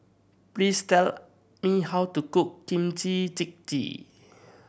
please tell me how to cook Kimchi Jjigae